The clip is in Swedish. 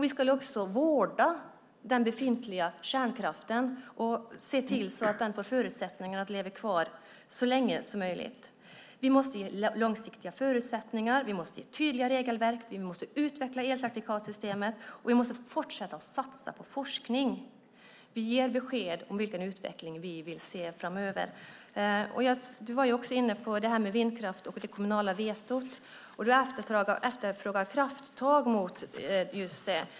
Vi ska också vårda den befintliga kärnkraften och se till att den får förutsättningar att leva kvar så länge som möjligt. Vi måste ge långsiktiga förutsättningar, och vi måste ge tydliga regelverk. Vi måste utveckla elcertifikatssystemen, och vi måste fortsätta satsa på forskning. Vi ger besked om vilken utveckling vi vill se framöver. Kent Persson var också inne på det här med vindkraft och det kommunala vetot och efterfrågar krafttag mot just det.